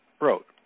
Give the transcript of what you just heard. wrote